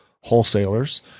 wholesalers